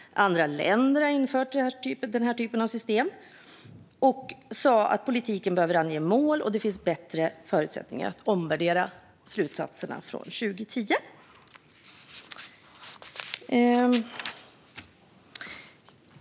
Andra länder hade också infört denna typ av system. Man sa att politiker behövde ange mål och att det fanns bättre förutsättningar att omvärdera slutsatserna från 2010.